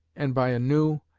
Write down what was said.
and by a new,